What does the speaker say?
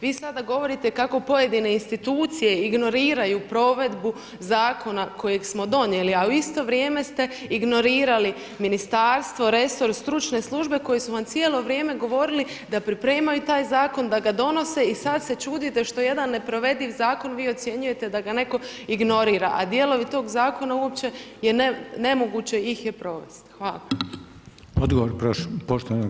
Vi sada govorite kako pojedine institucije ignoriraju provedbu zakona kojeg smo donijeli a u isto vrijeme ste ignorirali ministarstvo, resor, stručne službe koje su vam cijelo vrijeme govorili da pripremaju taj zakon, da ga donose i sad se čudite što jedan neprovediv vi ocjenjujete da ga netko ignorira, a dijelovi tog zakona uopće nemoguće ih je provesti.